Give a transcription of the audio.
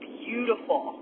beautiful